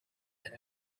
than